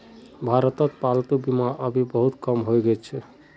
भारतत पालतू बीमा अभी बहुत कम ह छेक